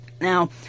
Now